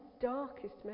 darkest